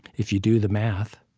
if you do the math,